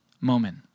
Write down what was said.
moment